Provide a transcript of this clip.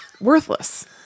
Worthless